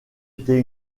était